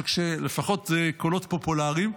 לפחות קולות פופולריים,